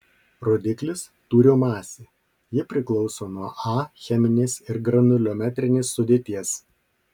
rodiklis tūrio masė ji priklauso nuo a cheminės ir granuliometrinės sudėties